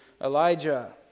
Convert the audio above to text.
Elijah